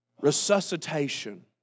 resuscitation